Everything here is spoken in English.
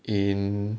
in